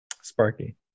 Sparky